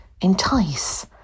entice